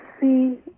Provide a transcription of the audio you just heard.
see